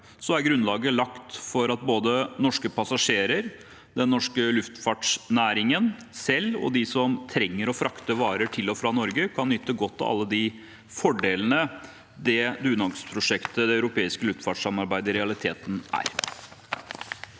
er grunnlaget lagt for at både norske passasjerer, den norske luftfartsnæringen selv og de som trenger å frakte varer til og fra Norge, kan nyte godt av alle de fordelene det dugnadsprosjektet det europeiske luftfartssamarbeidet i realiteten er.